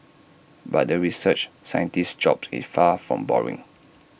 but the research scientist's job is far from boring